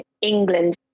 England